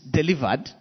delivered